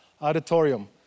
auditorium